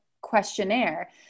questionnaire